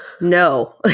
no